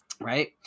right